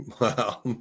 Wow